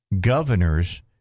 governors